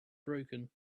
broken